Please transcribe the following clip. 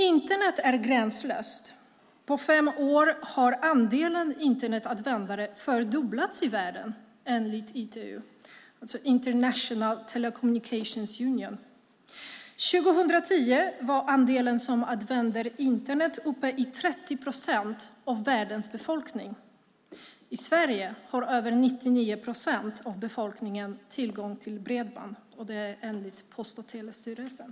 Internet är gränslöst. På fem år har andelen Internetanvändare i världen fördubblats enligt ITU, det vill säga International Telecommunication Union. År 2010 var andelen av världens befolkning som använder Internet uppe i 30 procent. I Sverige har över 99 procent av befolkningen tillgång till bredband enligt Post och telestyrelsen.